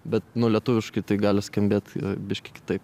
bet nu lietuviškai tai gali skambėt biškį kitaip